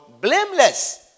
blameless